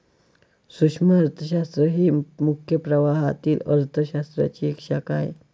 सूक्ष्म अर्थशास्त्र ही मुख्य प्रवाहातील अर्थ शास्त्राची एक शाखा आहे